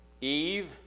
Eve